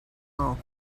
all